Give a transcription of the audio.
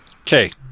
Okay